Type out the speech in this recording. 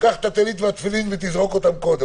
קח את הטלית והתפילין ותזרוק אותם קודם.